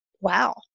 Wow